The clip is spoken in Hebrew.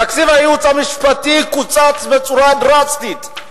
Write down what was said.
תקציב הייעוץ המשפטי קוצץ בצורה דרסטית.